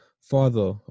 father